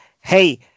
hey